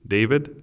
David